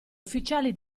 ufficiali